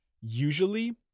usually